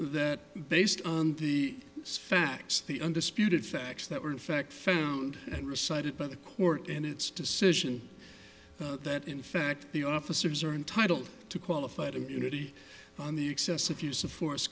that based on the facts the undisputed facts that were in fact found and recited by the court in its decision that in fact the officers are entitled to qualified immunity on the excessive use of force